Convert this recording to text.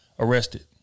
Arrested